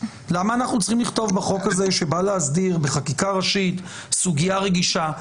למה אנחנו צריכים בחוק הזה שבא להסדיר בחקיקה ראשית סוגיה רגישה,